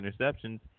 interceptions